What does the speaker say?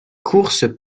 courses